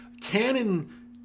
canon